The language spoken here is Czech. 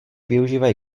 využívají